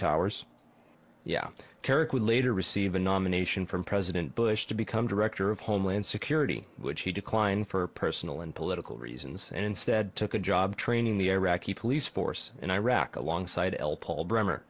later receive a nomination from president bush to become director of homeland security which he declined for personal and political reasons and instead took a job training the iraqi police force in iraq alongside l paul bremer